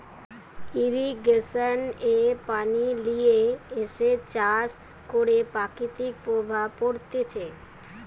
irrigation এ পানি লিয়ে এসে চাষ করে প্রকৃতির প্রভাব পড়তিছে